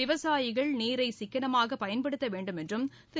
விவசாயிகள் நீரினை சிக்கனமாக பயன்படுத்த வேண்டும் என்றும் திரு